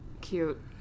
Cute